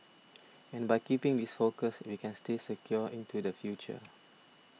and by keeping this focus we can stay secure into the future